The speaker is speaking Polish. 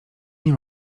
nie